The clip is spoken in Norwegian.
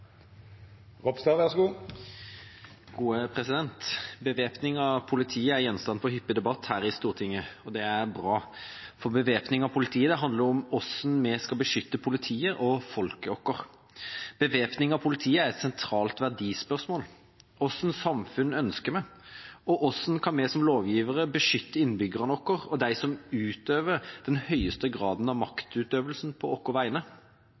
gjenstand for hyppig debatt her i Stortinget. Det er bra, for bevæpning av politiet handler om hvordan vi skal beskytte politiet og folket vårt. Bevæpning av politiet er et sentralt verdispørsmål. Hva slags samfunn ønsker vi? Og hvordan kan vi som lovgivere beskytte innbyggerne våre og dem som utøver den høyeste graden av maktutøvelse på våre vegne?